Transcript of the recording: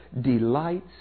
delights